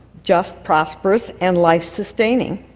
just prosperous and life sustaining.